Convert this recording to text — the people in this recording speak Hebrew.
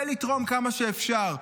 ולתרום כמה שאפשר.